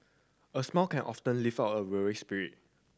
a smile can often lift a weary spirit